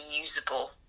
usable